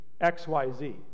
XYZ